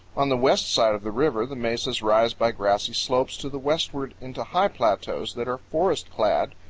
on the west side of the river the mesas rise by grassy slopes to the westward into high plateaus that are forest-clad,